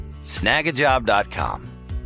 Snagajob.com